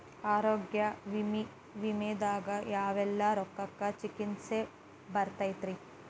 ಆರೋಗ್ಯ ವಿಮೆದಾಗ ಯಾವೆಲ್ಲ ರೋಗಕ್ಕ ಚಿಕಿತ್ಸಿ ಬರ್ತೈತ್ರಿ?